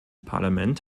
parlament